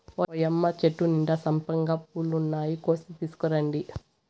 ఓయ్యమ్మ చెట్టు నిండా సంపెంగ పూలున్నాయి, కోసి తీసుకురండి